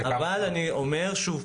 אני אומר שוב,